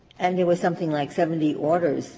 and there were something like seventy orders